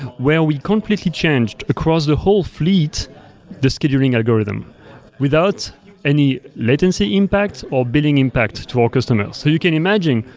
where we completely changed across the whole fleet the scheduling algorithm without any latency impact or billing impact to our customers. so you can imagine,